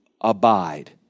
abide